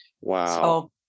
Wow